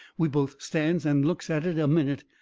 we both stands and looks at it a minute.